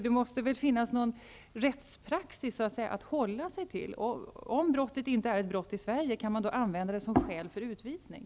Det måste väl finnas någon rättspraxis att hålla sig till. Om handlingen inte är ett brott i Sverige, kan den då anföras som ett särskilt skäl för utvisning?